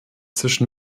zwischen